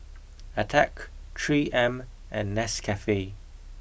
Attack three M and Nescafe